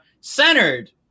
centered